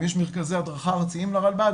אם יש מרכזי הדרכה ארציים לרלב"ד,